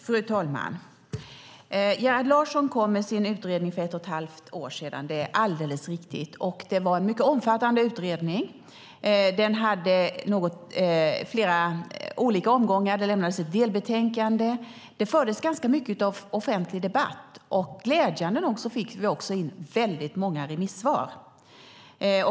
Fru talman! Gerhard Larsson kom med sin utredning för ett och ett halvt år sedan - det är alldeles riktigt. Det var en mycket omfattande utredning med flera olika omgångar, och det lämnades ett delbetänkande. Det fördes ganska mycket offentlig debatt, och glädjande nog fick vi in väldigt många remissvar.